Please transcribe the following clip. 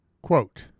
Quote